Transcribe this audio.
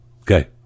okay